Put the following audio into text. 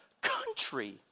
country